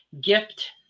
gift